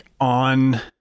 on